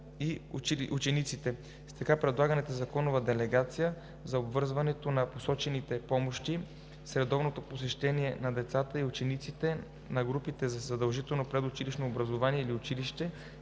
и учениците. С така предлаганата законова делегация – за обвързването на посочените помощи с редовното посещение на децата и учениците на групи за задължително предучилищно образование или училище,